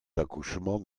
accouchements